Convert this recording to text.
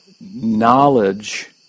knowledge